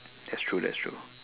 that's true that's true